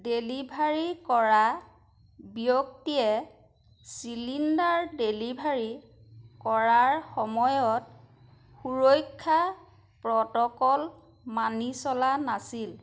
delivery কৰা ব্যক্তিয়ে cylinder delivery কৰাৰ সময়ত সুৰক্ষা প্ৰট'কল মানি চলা নাছিল